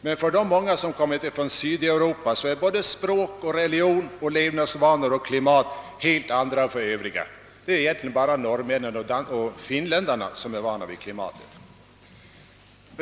Men för de många som kommit från Sydeuropa är både språk, religion, levnadsvanor och klimat i hemlandet helt annorlunda än för övriga grupper. Det är egentligen bara norrmän och finländare som är vana vid vårt klimat.